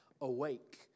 Awake